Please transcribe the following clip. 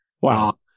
Wow